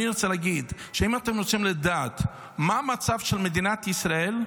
אני רוצה להגיד שאם אתם רוצים לדעת מה המצב של מדינת ישראל,